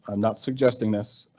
um not suggesting this.